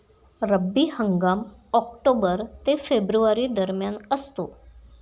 रब्बी हंगाम ऑक्टोबर ते फेब्रुवारी दरम्यान असतो